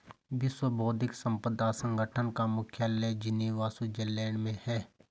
विश्व बौद्धिक संपदा संगठन का मुख्यालय जिनेवा स्विट्जरलैंड में है